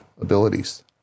abilities